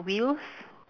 wheels